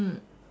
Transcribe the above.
mm